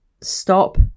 stop